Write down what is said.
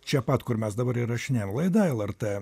čia pat kur mes dabar įrašinėjam laidą lrt